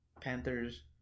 Panthers